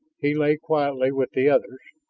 he lay quietly with the others,